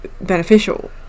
beneficial